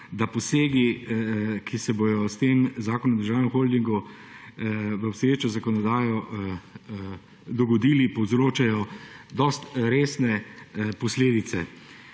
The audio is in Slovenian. da posegi, ki se bodo s tem zakonom o državnem holdingu v obstoječo zakonodajo dogodili povzročajo dosti resne posledice,